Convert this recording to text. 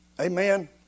Amen